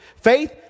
Faith